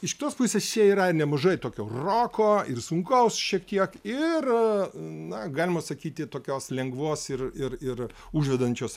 iš kitos pusės čia yra nemažai tokio roko ir sunkaus šiek tiek ir na galima sakyti tokios lengvos ir ir ir užvedančios